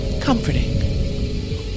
comforting